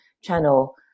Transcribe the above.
channel